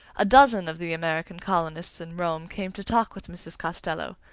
a dozen of the american colonists in rome came to talk with mrs. costello,